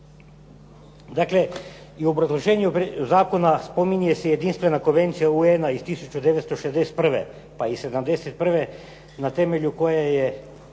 Dakle, i u obrazloženju zakona spominje se jedinstvena konvencija UN-a iz 1961. pa i '71., na temelju koje je